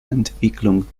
entwicklung